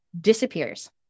disappears